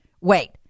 Wait